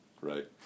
right